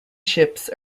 ships